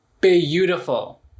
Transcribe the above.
Beautiful